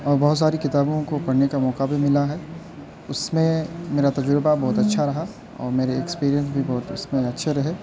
اور بہت ساری کتابوں کو پڑھنے کا موقع بھی ملا ہے اس میں میرا تجربہ بہت اچھا رہا اور میرے ایکسپیرئنس بھی بہت اس میں اچھے رہے